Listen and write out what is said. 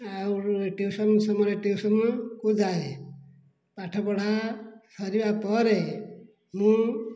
ଆଉ ଟ୍ୟୁସନ୍ ସମୟରେ ଟ୍ୟୁସନ୍କୁ ଯାଏ ପାଠ ପଢା ସରିବା ପରେ ମୁଁ